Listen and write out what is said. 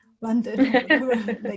london